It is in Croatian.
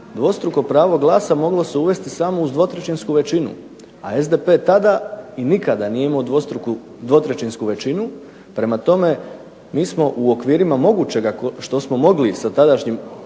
Dvostruko pravo glasa moglo se uvesti samo uz dvotrećinsku većinu, a SDP tada i nikada nije imao dvostruku dvotrećinsku većinu. Prema tome, mi smo u okvirima mogućega što smo mogli sa tadašnjim pozicijama